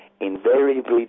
invariably